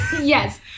Yes